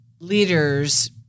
leaders